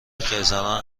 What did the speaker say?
خیزران